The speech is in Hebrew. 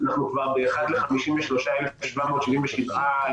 אני אתחיל ואומר שאנחנו העברנו נייר עמדה בשעה האחרונה,